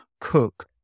cook